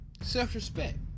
Self-respect